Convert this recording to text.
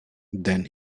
then